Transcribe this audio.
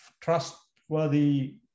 trustworthy